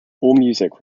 allmusic